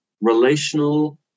relational